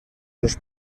los